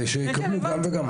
כדי שיקבלו גם וגם.